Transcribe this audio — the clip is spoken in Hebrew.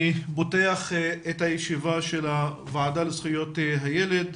אני פותח את הישיבה של הוועדה לזכויות הילד,